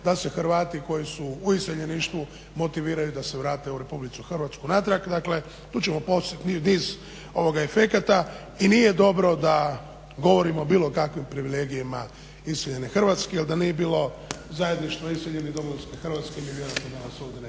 da se Hrvati koji su iseljeništvu motiviraju da se vrate u Republiku Hrvatsku natrag. Dakle, tu ćemo postići niz efekata i nije dobro da govorimo o bilo kakvim privilegijama iseljene Hrvatske. Jer da ne bi bilo zajedništva iseljene domovinske Hrvatske mi vjerojatno danas ovdje